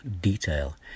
detail